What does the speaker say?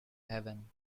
heaven